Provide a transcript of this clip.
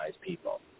people